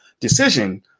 Decision